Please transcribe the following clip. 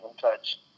touch